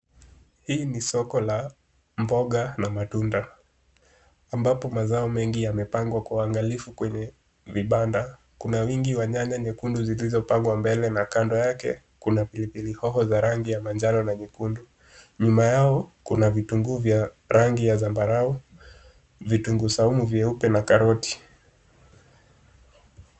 Hii ni soko la mboga na matunda ambapo mazao mengi yamepangwa kwa uangalifu kwenye vibanda. Kuna wingi wa nyanya nyekundu zilizopangwa mbele na kando yake kuna pilipili hoho za rangi ya manjano na nyekundu. Nyuma yao kuna vitunguu vya rangi ya zambarau, vitunguu saumu vyeupe na karoti.